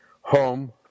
home